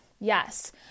Yes